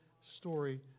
story